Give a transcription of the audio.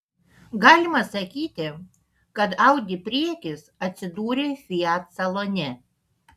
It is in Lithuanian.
galima sakyti kad audi priekis atsidūrė fiat salone